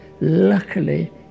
Luckily